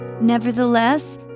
Nevertheless